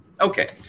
Okay